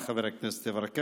תודה רבה, חבר הכנסת יברקן.